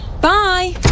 Bye